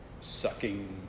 sucking